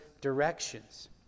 directions